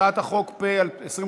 הצעת החוק פ/2240,